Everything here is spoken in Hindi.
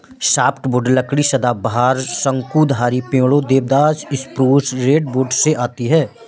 सॉफ्टवुड लकड़ी सदाबहार, शंकुधारी पेड़ों, देवदार, स्प्रूस, रेडवुड से आती है